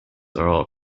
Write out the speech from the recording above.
are